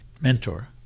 mentor